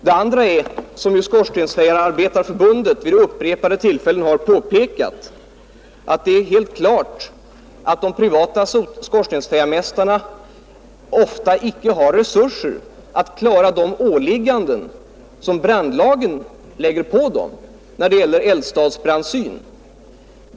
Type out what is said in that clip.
Det andra motivet är — som Skorstensfejeriarbetareförbundet vid upprepade tillfällen har påpekat — att de privata skorstensfejarmästarna ofta inte har tillräckliga resurser för att klara de åligganden som brandlagen föreskriver när det gäller eldstadsbrandsyn.